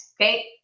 okay